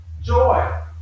Joy